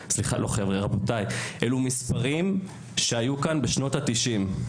רבותיי, אלה מספרים שהיו כאן בשנות ה-90.